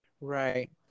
Right